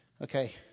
Okay